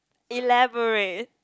elaborate